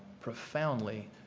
profoundly